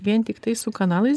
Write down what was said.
vien tiktai su kanalais